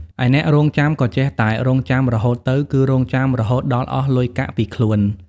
ឯអ្នករង់ចាំក៏ចេះតែរង់ចាំរហូតទៅ គឺរង់ចាំរហូតដល់អស់លុយកាក់ពីខ្លួន ។